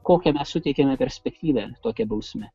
kokią mes suteikiame perspektyvą tokia bausme